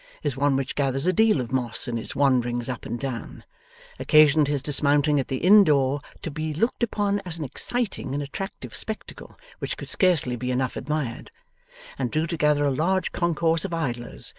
is one which gathers a deal of moss in its wanderings up and down occasioned his dismounting at the inn-door to be looked upon as an exciting and attractive spectacle, which could scarcely be enough admired and drew together a large concourse of idlers,